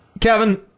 Kevin